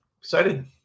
Excited